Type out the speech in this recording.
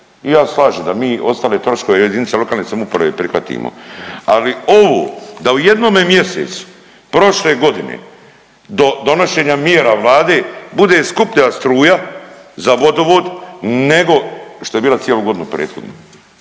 I ja se slažem da mi ostale troškove jedinice lokalne samouprave prihvatimo, ali ovo da u jednome mjesecu prošle godine donošenja mjera Vlade bude skuplja struja za vodovod nego što je bila cijelu godinu prethodnu,